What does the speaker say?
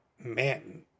man